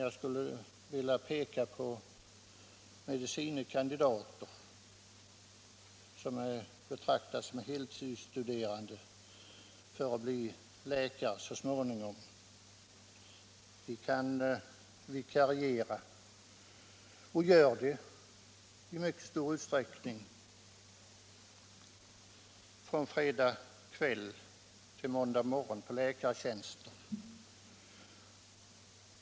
Jag skulle vilja peka på medicine kandidater, som betraktas som heltidsstuderande för att så småningom bli läkare. Många av dessa vikarierar från fredag kväll till måndag morgon på läkartjänst.